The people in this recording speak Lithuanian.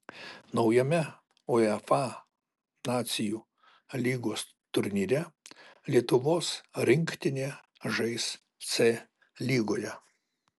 naujame uefa nacijų lygos turnyre lietuvos rinktinė žais c lygoje